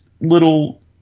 little